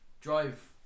Drive